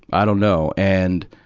i don't know. and,